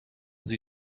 sie